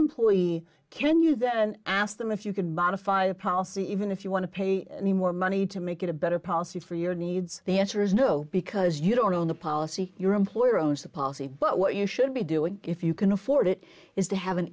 employee can you then ask them if you can modify the policy even if you want to pay me more money to make it a better policy for your needs the answer is no because you don't own the policy your employer owns the policy but what you should be doing if you can afford it is to have an